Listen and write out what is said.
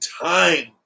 time